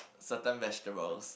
certain vegetables